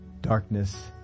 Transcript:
darkness